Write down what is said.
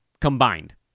combined